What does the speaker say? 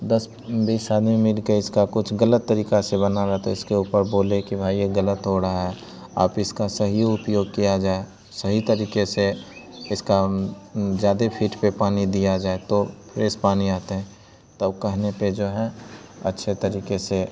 दस बीस आदमी मिलकर इसका कुछ ग़लत तरीक़े से बना रहे थे इसके ऊपर बोले कि भाई यह ग़लत हो रहा है आप इसका सही उपयोग किया जाए सही तरीक़े से इसका ऊं ज़्यादे फ़ीट पर पानी दिया जाए तो फ्रेस पानी आता है तो कहने पर जो है अच्छे तरीक़े से